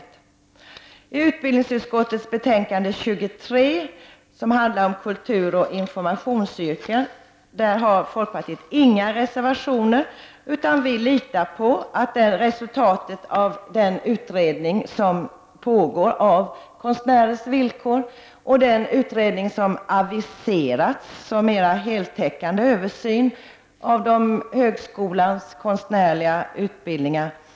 Till utbildningsutskottets betänkande nr 23, som gäller anslag till utbildning för kulturoch informationsyrken, har folkpartiet inga reservationer, utan vi litar på resultatet av den utredning om konstnärers villkor som pågår och av den mer heltäckande översyn av högskolans konstnärliga utbildningar som aviseras.